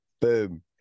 Boom